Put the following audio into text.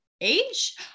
age